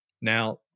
Now